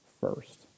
first